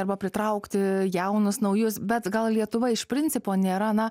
arba pritraukti jaunus naujus bet gal lietuva iš principo nėra na